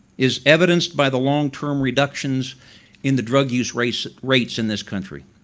is evidenced by the long-term reductions in the drug use rates rates in this country.